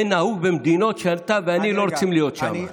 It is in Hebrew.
זה נהוג במדינות שאתה ואני לא רוצים להיות שם.